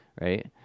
right